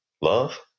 love